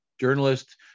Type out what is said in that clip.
journalist